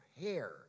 hair